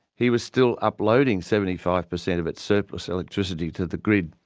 he was still uploading seventy five per cent of its surplus electricity to the grid,